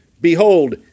behold